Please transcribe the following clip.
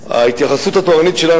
ההתייחסות התורנית שלנו,